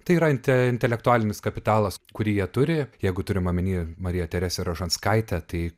tai yra inte intelektualinis kapitalas kurį jie turi jeigu turim omeny mariją teresę rožanskaitę tai